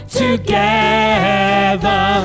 together